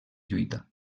lluita